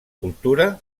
cultura